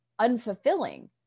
unfulfilling